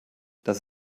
das